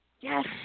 Yes